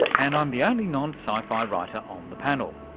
and i'm the only non-sci-fi writer on the panel.